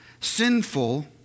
Sinful